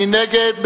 מי נגד?